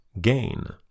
gain